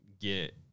get